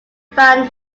fan